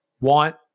want